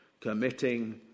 Committing